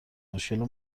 مشکل